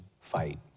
fight